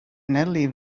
nellie